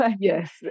yes